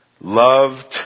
loved